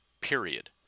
period